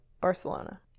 Barcelona